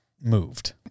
moved